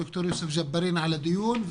ד"ר יוסף ג'בארין על הדיון,